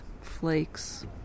flakes